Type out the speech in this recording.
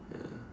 ya